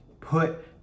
put